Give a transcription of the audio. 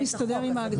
זה לא מסתדר עם ההגדרה.